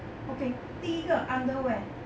okay 第一个 underwear